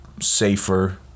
safer